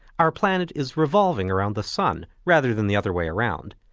our planet is revolving around the sun, rather than the other way around.